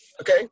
okay